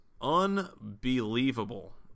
unbelievable